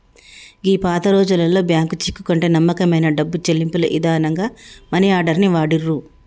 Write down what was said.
గీ పాతరోజుల్లో bank cheque కంటే నమ్మకమైన డబ్బు చెల్లింపుల ఇదానంగా మనీ ఆర్డర్ ని వాడిర్రు